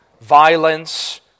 violence